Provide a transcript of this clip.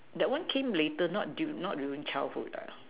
that one came later not du~ not during childhood lah